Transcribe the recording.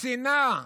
השנאה,